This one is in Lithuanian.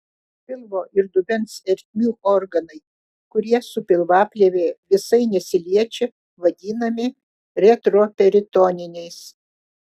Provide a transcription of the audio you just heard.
pilvo ir dubens ertmių organai kurie su pilvaplėve visai nesiliečia vadinami retroperitoniniais